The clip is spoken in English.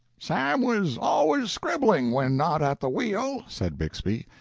sam was always scribbling when not at the wheel, said bixby,